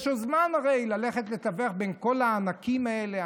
יש הרי זמן ללכת לתווך בין כל הענקים האלה.